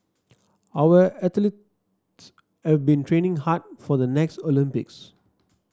our athletes have been training hard for the next Olympics